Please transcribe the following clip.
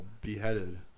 beheaded